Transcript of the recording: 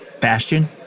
Bastion